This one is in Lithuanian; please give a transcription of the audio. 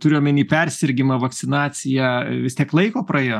turiu omeny persirgimą vakcinaciją vis tiek laiko praėjo